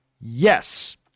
Yes